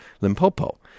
Limpopo